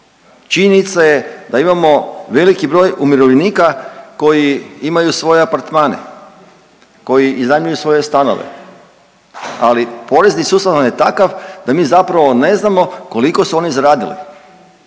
Činjenica je da imamo veliki broj umirovljenika koji imaju svoje apartmane, koji iznajmljuju svoje stanove, ali porezni sustav nam je takav da mi zapravo ne znamo koliko su oni zaradili.